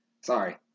sorry